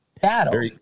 battle